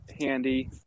handy